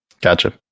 Gotcha